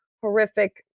horrific